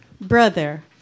Brother